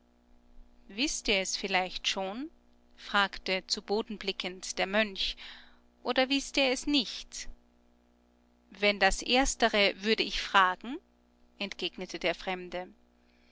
wißt ihr es vielleicht schon fragte zu boden blickend der mönch oder wißt ihr es nicht wenn das erstere würde ich fragen entgegnete der fremde